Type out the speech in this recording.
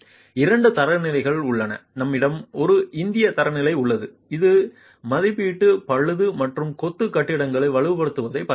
இரண்டு தரநிலைகள் உள்ளன நம்மிடம் ஒரு இந்திய தரநிலை உள்ளது இது மதிப்பீட்டு பழுது மற்றும் கொத்து கட்டிடங்களை வலுப்படுத்துவதைப் பார்க்கிறது